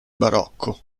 barocco